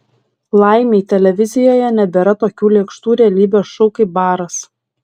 laimei televizijoje nebėra tokių lėkštų realybės šou kaip baras